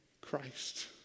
Christ